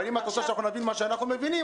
אבל אם את רוצה שאנחנו נבין מה שאנחנו מבינים,